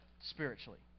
spiritually